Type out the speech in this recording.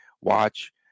watch